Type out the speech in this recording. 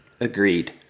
Agreed